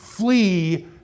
Flee